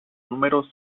números